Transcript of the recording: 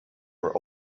were